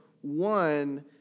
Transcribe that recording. one